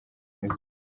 izuba